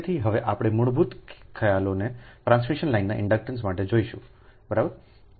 તેથી હવે આપણે મૂળભૂત ખ્યાલોને ટ્રાન્સમિશન લાઇનના ઇન્ડક્ટન્સ માટે જઈશું